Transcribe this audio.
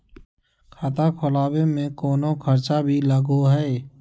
खाता खोलावे में कौनो खर्चा भी लगो है?